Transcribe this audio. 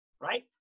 right